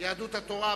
יהדות התורה,